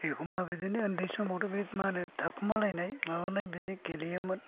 एखम्बा बिदिनो उन्दै समावथ' बे मा होननो थाखुमालायनाय माबानाय बिदि गेलेयोमोन